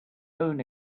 own